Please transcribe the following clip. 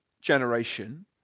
generation